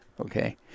okay